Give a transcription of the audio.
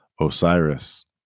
Osiris